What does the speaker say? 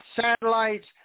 satellites